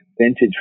vintage